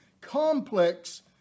complex